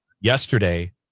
Yesterday